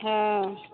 हँ